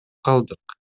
калдык